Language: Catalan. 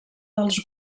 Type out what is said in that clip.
dels